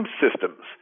systems